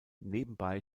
nebenbei